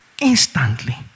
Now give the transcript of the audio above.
Instantly